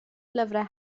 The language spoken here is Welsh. lyfrau